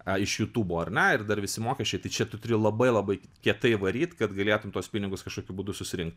a iš jutubo ar ne ir dar visi mokesčiai tai čia tu turi labai labai kietai varyt kad galėtum tuos pinigus kažkokiu būdu surinkt